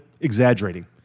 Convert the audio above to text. exaggerating